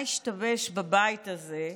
מה השתבש בבית הזה,